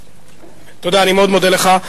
אני מאוד מודה לך.